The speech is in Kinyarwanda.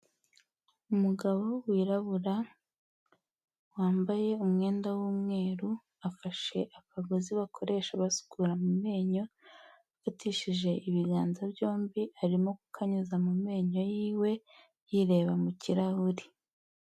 Umugabo wirabura, wambaye umwenda w'umweru, afashe akagozi bakoresha basukura mu menyo, afatishije ibiganza byombi, arimo kukanyuza mu menyo y'iwe, yireba mu kirahuri.